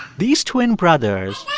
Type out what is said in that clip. these twin brothers.